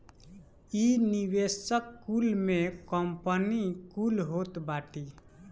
इ निवेशक कुल में कंपनी कुल होत बाटी